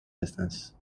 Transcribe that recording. business